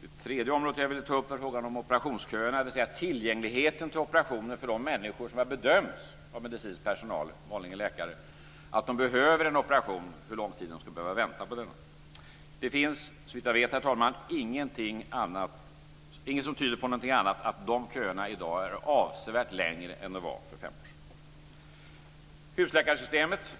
Det tredje område jag vill ta upp är frågan om operationsköerna, dvs. tillgängligheten till operationer för de människor som av medicinsk personal, vanligen läkare, har bedömts behöva en operation, alltså hur lång tid de ska behöva vänta på den. Det finns såvitt jag vet, herr talman, ingenting som tyder på någonting annat än att de köerna i dag är avsevärt längre än de var för fem år sedan. Husläkarsystemet